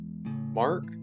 Mark